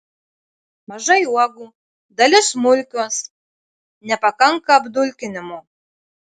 mažai uogų dalis smulkios nepakanka apdulkinimo